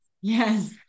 yes